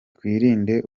twirinde